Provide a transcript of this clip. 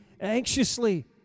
anxiously